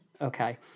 okay